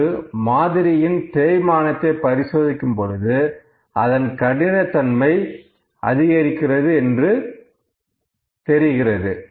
ஒரு மாதிரியின் தேய்மானத்தை பரிசோதிக்கும் பொழுது அதன் கடினத்தன்மை அதிகரிக்கிறது என்று தெரிகிறது